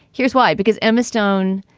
here's why. because emma stone.